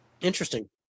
interesting